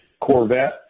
Corvette